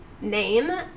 name